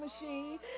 machine